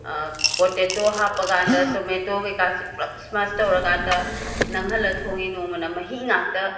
potato ꯍꯥꯞꯄꯀꯥꯟꯗ tomato ꯀꯩ ꯀꯥꯁꯦ ꯄꯨꯜꯂꯞ ꯁ꯭ꯃꯥꯁ ꯇꯧꯔꯀꯥꯟꯗ ꯅꯪꯍꯜꯂꯒ ꯊꯣꯡꯉꯤ ꯅꯣꯡꯃꯅ ꯃꯍꯤ ꯉꯥꯛꯇ